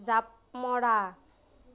জাঁপ মৰা